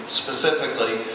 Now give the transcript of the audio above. specifically